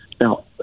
Now